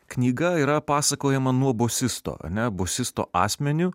knyga yra pasakojama nuo bosisto ane bosisto asmeniu